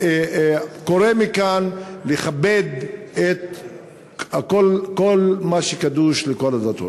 קורא מכאן לכבד את כל מה שקדוש לכל הדתות.